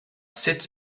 sut